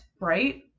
Right